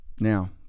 Now